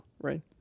right